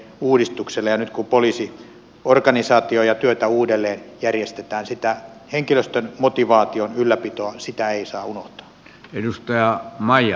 nyt kun poliisiorganisaatiota ja työtä uudelleen järjestetään sitä henkilöstön motivaation ylläpitoa ei saa unohtaa